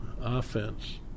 offense